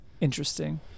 interesting